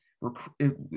recruit